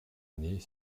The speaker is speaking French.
année